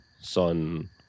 son